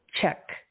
check